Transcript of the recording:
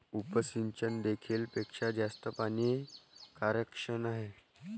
उपसिंचन देखील पेक्षा जास्त पाणी कार्यक्षम आहे